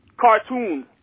cartoon